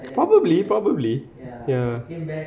probably probably ya